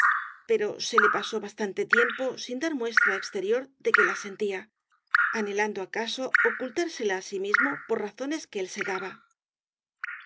pero se le pasó bastante tiempo sin dar muestra exterior de que la sentía anhelando acaso ocultársela á sí mismo por razones que él se daba